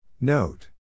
Note